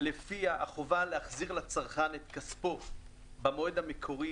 לפיה החובה להחזיר לצרכן את כספו במועד המקורי,